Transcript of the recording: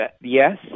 yes